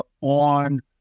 on